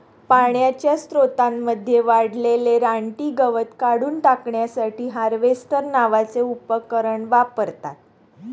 पाण्याच्या स्त्रोतांमध्ये वाढलेले रानटी गवत काढून टाकण्यासाठी हार्वेस्टर नावाचे उपकरण वापरतात